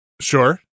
sure